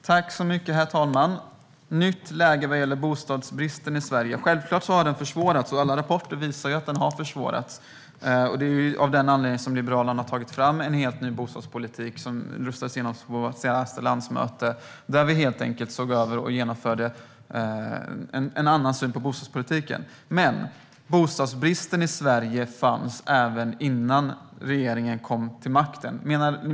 Herr talman! Svaret var att det är ett nytt läge vad gäller bostadsbristen i Sverige. Självklart har den försvårats, och alla rapporter visar att den har försvårats. Det är av den anledningen som Liberalerna har tagit fram en helt ny bostadspolitik som röstades igenom på vårt senaste landsmöte. Där såg vi helt enkelt över och införde en annan syn på bostadspolitiken. Men bostadsbristen i Sverige fanns även innan regeringen kom till makten.